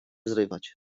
zrywać